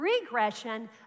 regression